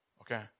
Okay